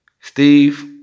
Steve